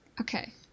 Okay